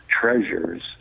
treasures